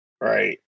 right